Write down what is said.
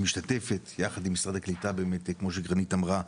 משתתפת ביחד עם משרד הקליטה באמת כמו שגרנית אמרה,